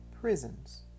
prisons